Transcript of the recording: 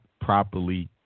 properly